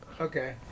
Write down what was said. Okay